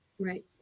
right